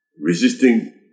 resisting